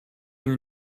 you